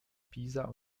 pisa